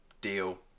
deal